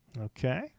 Okay